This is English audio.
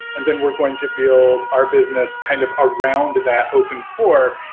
and then we're going to build our business kind of around that open core.